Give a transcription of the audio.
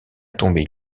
tomber